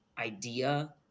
idea